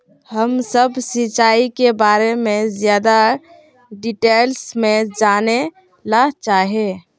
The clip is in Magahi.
हम सब सिंचाई के बारे में ज्यादा डिटेल्स में जाने ला चाहे?